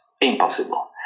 impossible